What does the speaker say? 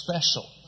special